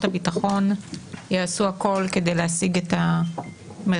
הביטחון יעשו הכול כדי להשיג את המרצחים.